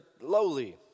lowly